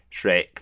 Shrek